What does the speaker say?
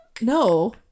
No